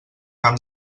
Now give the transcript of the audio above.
camp